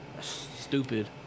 Stupid